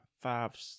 five